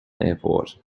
airport